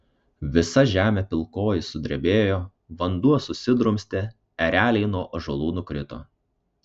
visa žemė pilkoji sudrebėjo vanduo susidrumstė ereliai nuo ąžuolų nukrito